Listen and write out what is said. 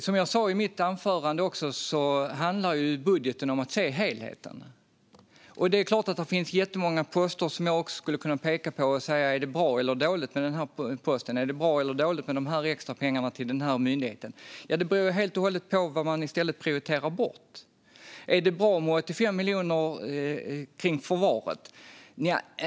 Som jag sa i mitt anförande handlar budgeten om att se helheten. Det är klart att det finns jättemånga poster som jag skulle kunna peka på och säga: Är det bra eller dåligt med den posten? Är det bra eller dåligt med de extrapengarna till den myndigheten? Det beror helt och hållet på vad man i stället prioriterar bort. Är det bra med 85 miljoner till förvaret?